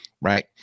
right